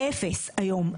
אפס היום.